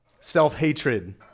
self-hatred